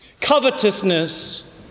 covetousness